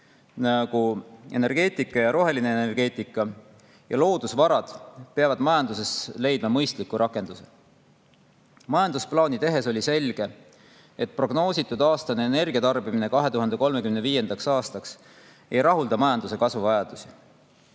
nagu energeetika, [täpsemalt] roheline energeetika, ja loodusvarad, peavad majanduses leidma mõistliku rakenduse. Majandusplaani tehes oli selge, et prognoositud aastane energiatarbimine 2035. aastaks ei rahulda majanduse kasvu vajadusi.